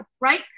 right